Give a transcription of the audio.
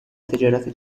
تجارت